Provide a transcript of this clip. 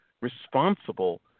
responsible